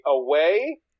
away